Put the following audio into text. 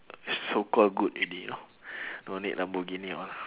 so call good already know no need lamborghini all